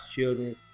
children